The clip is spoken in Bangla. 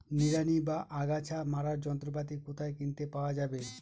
নিড়ানি বা আগাছা মারার যন্ত্রপাতি কোথায় কিনতে পাওয়া যাবে?